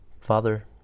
Father